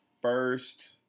First